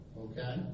okay